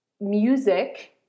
music